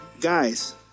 guys